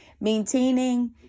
Maintaining